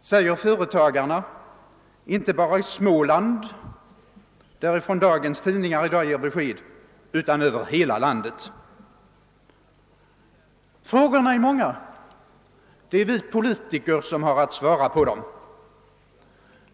säger företagarna — inte bara i Småland, varifrån det kommer rapporter i dagens tidningar om detta, utan i hela landet. Frågorna är många. Det är vi politiker som har att svara på dem.